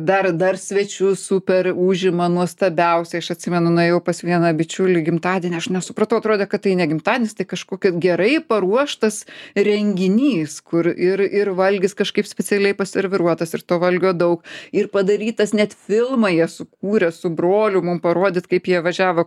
dar dar svečius super užima nuostabiausia aš atsimenu nuėjau pas vieną bičiulį į gimtadienį aš nesupratau atrodė kad tai ne gimtadienis tai kažkokia gerai paruoštas renginys kur ir ir valgis kažkaip specialiai serviruotas ir to valgio daug ir padarytas net filmą jie sukūrė su broliu mum parodyt kaip jie važiavo